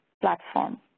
platform